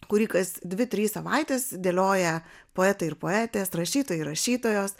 kurį kas dvi trys savaitės dėlioja poetai ir poetės rašytojai rašytojos